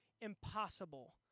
impossible